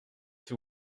s’il